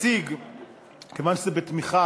כיוון שזה בתמיכה,